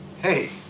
Hey